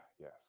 Yes